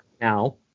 now